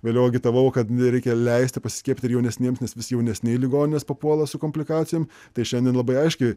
vėliau agitavau kad reikia leisti pasiskiepyt ir jaunesniems nes vis jaunesni į ligonines papuola su komplikacijom tai šiandien labai aiškiai